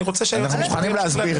אני רוצה שהיועץ המשפטי ימשיך להקריא.